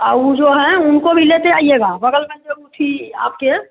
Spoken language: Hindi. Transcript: और ऊ जो हैं उनको भी लेते आइएगा बगल में जो ऊ थी आपके